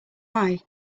eye